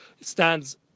stands